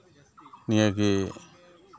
ᱱᱤᱭᱟᱹᱜᱮ